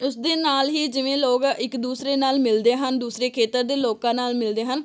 ਉਸ ਦੇ ਨਾਲ ਹੀ ਜਿਵੇਂ ਲੋਕ ਇੱਕ ਦੂਸਰੇ ਨਾਲ ਮਿਲਦੇ ਹਨ ਦੂਸਰੇ ਖੇਤਰ ਦੇ ਲੋਕਾਂ ਨਾਲ ਮਿਲਦੇ ਹਨ